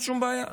אין שום בעיה,